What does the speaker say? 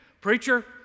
Preacher